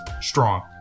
strong